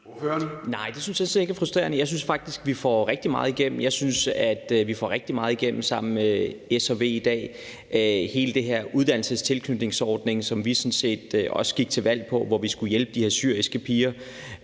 at vi får rigtig meget igennem. Jeg synes, at vi får rigtig meget igennem sammen med S og V i dag. Hele den her uddannelsestilknytningsordning, som vi også gik til valg på, og hvor vi skulle hjælpe de her syriske piger,